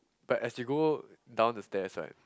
but as you go down the stairs right